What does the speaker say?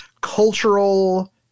cultural